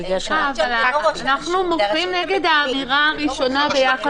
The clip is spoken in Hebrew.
אנחנו מוחים נגד האמירה הראשונה ביחס